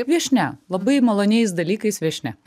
viešnia labai maloniais dalykais viešnia